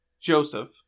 joseph